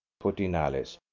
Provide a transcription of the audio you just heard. put in alice.